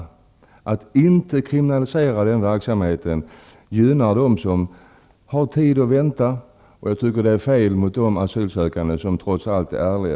Om man inte kriminaliserar den verksamheten gynnar det dem som har tid att vänta. Jag tycker att det är fel mot de asylsökande som trots allt är ärliga.